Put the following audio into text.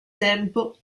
tempo